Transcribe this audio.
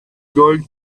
going